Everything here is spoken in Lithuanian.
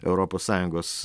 europos sąjungos